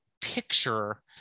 picture